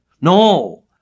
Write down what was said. No